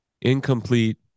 Incomplete